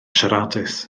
siaradus